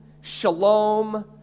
shalom